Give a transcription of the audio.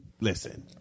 listen